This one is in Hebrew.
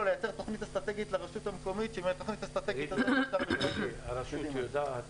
לייצר תכנית אסטרטגית לרשות המקומית --- הרשות יודעת